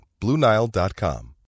BlueNile.com